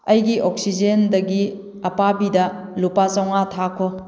ꯑꯩꯒꯤ ꯑꯣꯛꯁꯤꯖꯦꯟꯗꯒꯤ ꯑꯄꯥꯕꯤꯗ ꯂꯨꯄꯥ ꯆꯃꯉꯥ ꯊꯥꯈꯣ